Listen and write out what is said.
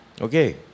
Okay